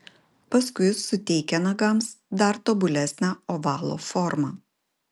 paskui suteikia nagams dar tobulesnę ovalo formą